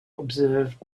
observed